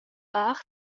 part